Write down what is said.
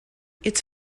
its